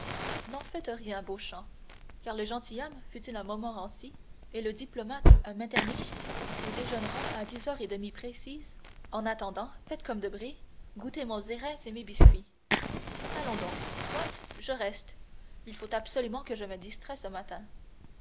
n'en faites rien beauchamp car le gentilhomme fût-il un montmorency et le diplomate un metternich nous déjeunerons à dix heures et demie précises en attendant faites comme debray goûtez mon xérès et mes biscuits allons donc soit je reste il faut absolument que je me distraie ce matin